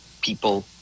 people